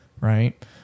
right